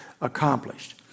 accomplished